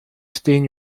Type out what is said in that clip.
stain